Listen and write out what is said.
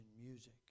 music